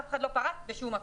אף אחד לא פרס בשום מקום.